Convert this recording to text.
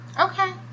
Okay